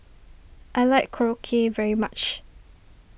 I like Korokke very much